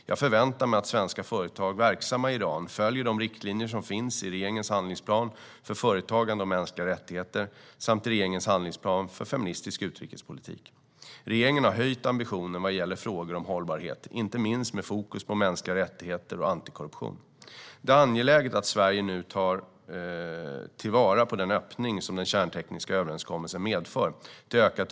Jag förväntar mig att svenska företag verksamma i Iran följer de riktlinjer som finns i regeringens handlingsplan för företagande och mänskliga rättigheter samt i regeringens handlingsplan för feministisk utrikespolitik. Regeringen har höjt ambitionerna vad gäller frågor om hållbarhet, inte minst med fokus på mänskliga rättigheter och antikorruption. Det är angeläget att Sverige nu tar till vara den öppning till ökat utbyte med Iran som den kärntekniska överenskommelsen medför.